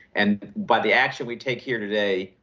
and by the action we take here today,